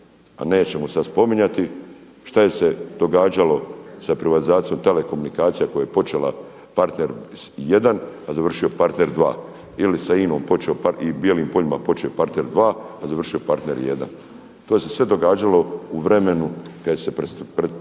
a nećemo sad spominjati šta se je događalo sa privatizacijom telekomunikacija koja je počela partner jedan, a završio partner dva. Ili sa INA-om počeo partner, Bijelim poljima počeo partner dva a završio partner jedan. To se sve događalo u vremenu kada se pristup